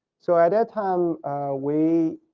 so at that time we